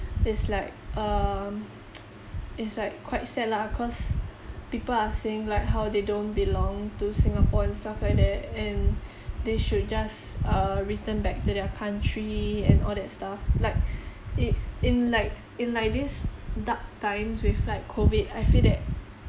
is like um it's like quite sad lah cause people are saying like how they don't belong to singapore and stuff like that and they should just err return back to their country and all that stuff like i~ in like in like this dark times with like COVID I feel that